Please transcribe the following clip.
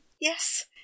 yes